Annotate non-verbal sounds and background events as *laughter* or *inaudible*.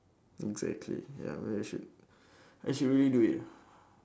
exactly ya I I should *breath* I should really do it